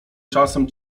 czasem